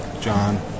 John